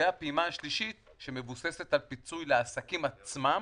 והפעימה השלישית, שמבוססת על פיצוי לעסקים עצמם.